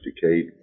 decade